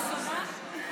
זו פעם ראשונה?